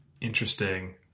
interesting